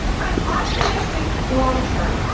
and i'm optimistic long term.